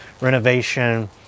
renovation